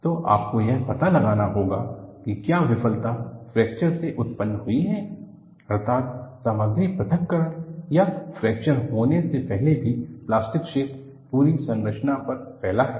तो आपको यह पता लगाना होगा कि क्या विफलता फ्रैक्चर से उत्पन्न हुई है अर्थात् सामग्री पृथक्करण या फ्रैक्चर होने से पहले भी प्लास्टिक क्षेत्र पूरी संरचना पर फैला है